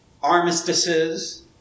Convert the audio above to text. armistices